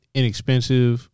inexpensive